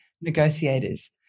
negotiators